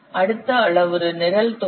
அடுத்த அளவுரு நிரல் தொகுதி